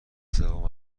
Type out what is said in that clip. سوم